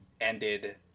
ended